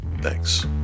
Thanks